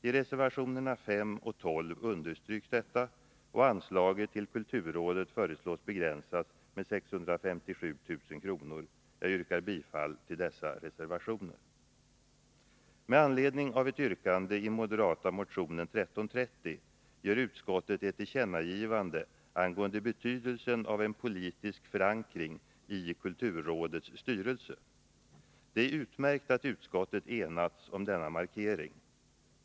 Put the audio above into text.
I reservationerna 5 och 12 understryks detta, och anslaget till kulturrådet föreslås begränsas med 657 000 kr. Jag yrkar bifall till dessa reservationer. Med anledning av ett yrkande i den moderata motionen 1330 gör utskottet ett tillkännagivande angående betydelsen av en politisk förankring i kulturrådets styrelse. Det är utmärkt att utskottet enats om denna markering.